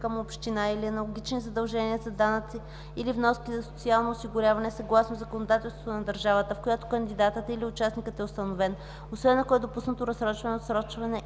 към община и аналогични задължения за данъци или вноски за социалното осигуряване съгласно законодателството на държавата, в която кандидатът или участникът е установен, освен ако е допуснато разсрочване, отсрочване